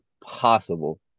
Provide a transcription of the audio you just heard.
possible